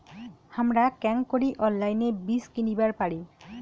হামরা কেঙকরি অনলাইনে বীজ কিনিবার পারি?